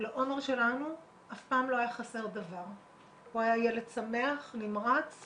בשנה האחרונה לחייו עומר שהה במרכזי גמילה פרטיים שלא החזיק בהם במעמד,